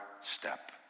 step